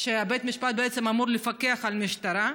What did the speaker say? בית המשפט בעצם אמור לפקח על המשטרה.